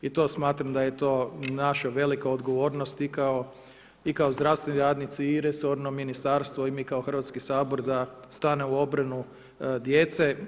I to smatram da je to naša velika odgovornost i kao zdravstveni radnici i resorno ministarstvo i mi kao Hrvatski sabor da stane u obranu djece.